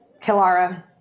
Kilara